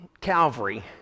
Calvary